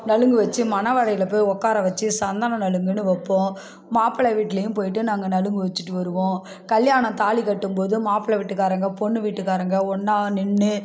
நலுங்கு வச்சி மணவறையில் போய் உக்கார வச்சி சந்தனம் நலுங்குனு வைப்போம் மாப்பிளை வீட்லயும் போய்ட்டு நாங்கள் நலுங்கு வச்சிட்டு வருவோம் கல்யாணம் தாலி கட்டும்போது மாப்பிளை வீட்டுக்காரங்க பொண்ணு வீட்டுக்காரங்க ஒன்றா நின்று